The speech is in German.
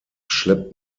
schleppt